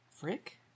Frick